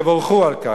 יבורכו על כך.